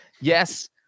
Yes